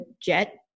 jet